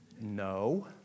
No